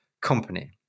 company